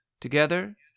together